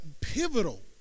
pivotal